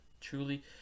truly